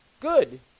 good